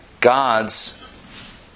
God's